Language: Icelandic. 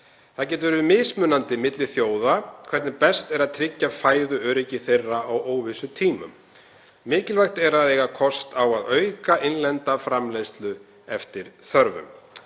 Það getur verið mismunandi milli þjóða hvernig best er að tryggja fæðuöryggi þeirra á óvissutímum. Mikilvægt er að eiga kost á að auka innlenda framleiðslu eftir þörfum.